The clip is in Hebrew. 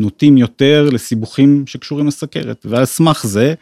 נוטים יותר לסיבוכים שקשורים לסכרת, ועל סמך זה